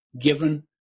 given